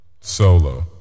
solo